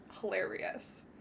hilarious